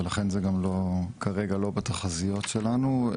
ולכן זה גם לא בתחזיות שלנו כרגע.